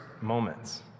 moments